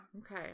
Okay